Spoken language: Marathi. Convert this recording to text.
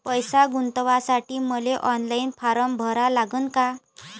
पैसे गुंतवासाठी मले ऑनलाईन फारम भरा लागन का?